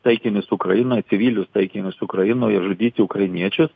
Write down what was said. taikinius ukrainoj civilius taikinius ukrainoj ir žudyti ukrainiečius